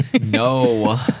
No